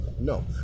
no